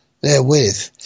therewith